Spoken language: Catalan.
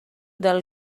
del